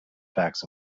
facts